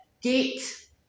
gate